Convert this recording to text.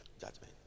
Judgment